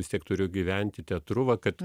vis tiek turiu gyventi teatru va kad